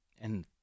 And-